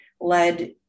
led